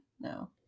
No